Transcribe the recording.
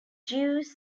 jews